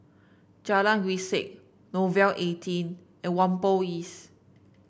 Jalan Grisek Nouvel Eighteen and Whampoa East